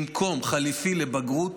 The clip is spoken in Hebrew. במקום, חליפי לבגרות.